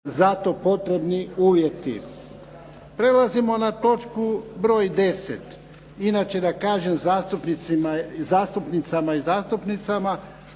Ivan (HDZ)** Prelazimo na točku broj 10. Inače da kažem zastupnicama i zastupnicima.